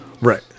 Right